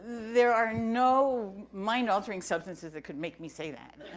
there are no mind-altering substances that could make me say that.